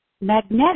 magnetic